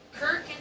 Kirk